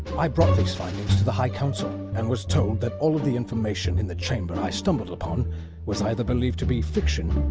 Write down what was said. i brought these findings to the high council and was told that all of the information in the chamber i had stumbled upon was either believed to be fiction,